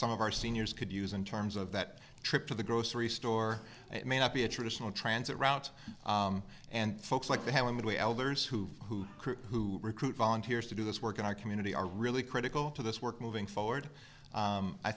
some of our seniors could use in terms of that trip to the grocery store it may not be a traditional transit route and folks like that haven't we elders who who recruit volunteers to do this work in our community are really critical to this work moving forward